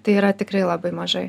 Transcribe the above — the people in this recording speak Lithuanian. tai yra tikrai labai mažai